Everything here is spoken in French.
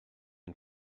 une